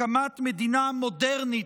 הקמת מדינה מודרנית,